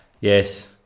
Yes